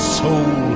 soul